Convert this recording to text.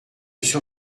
sur